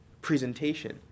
presentation